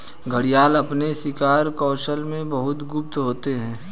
घड़ियाल अपने शिकार कौशल में बहुत गुप्त होते हैं